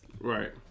right